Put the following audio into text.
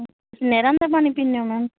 ਨਹਿਰਾਂ ਦਾ ਪਾਣੀ ਪੀਂਦੇ ਹੋ ਮੈਮ